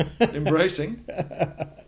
embracing